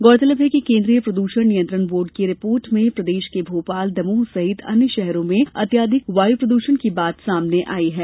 गौरतलब है कि केन्द्रीय प्रदूषण नियंत्रण बोर्ड की रिपोर्ट में प्रदेश के भोपाल दमोह सहित अन्य शहरों में अत्याधिक वायु प्रद्रषण की बात सामने आई है